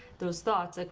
those thoughts. like